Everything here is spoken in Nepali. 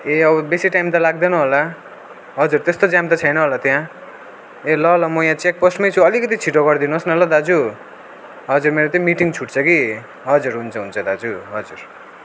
ए अब बेसी टाइम त लाग्दैन होला हजुर त्यस्तो जाम त छैन होला त्यहाँ ए ल ल म यहाँ चेकपोस्टमै छु अलिकति छिटो गरिदिनु होस् न ल दाजु हजुर मेरो त्यही मिटिङ छुट्छ कि हजुर हुन्छ हुन्छ दाजु हजुर